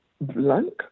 blank